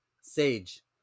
sage